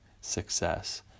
success